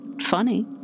funny